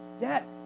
death